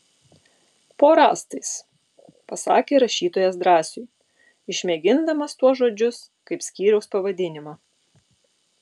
po rąstais pasakė rašytojas drąsiui išmėgindamas tuos žodžius kaip skyriaus pavadinimą